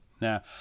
Now